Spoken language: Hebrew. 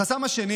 החסם השני